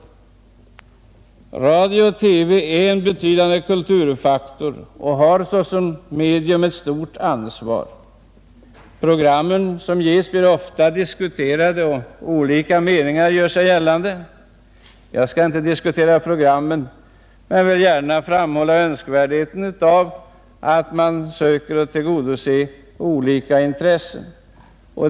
Radio och TV är en betydande kulturfaktor och har såsom medium ett stort ansvar. Programmen blir ofta diskuterade och olika meningar görs gällande. Jag skall inte här ta upp en debatt om programmen men vill gärna framhålla önskvärdheten av att man söker tillgodose olika intressen.